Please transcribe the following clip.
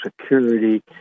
security